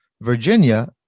Virginia